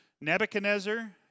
Nebuchadnezzar